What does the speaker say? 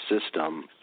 system